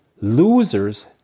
Losers